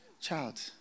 child